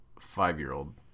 five-year-old